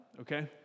okay